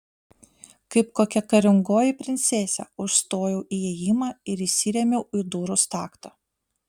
kaip kokia karingoji princesė užstojau įėjimą ir įsirėmiau į durų staktą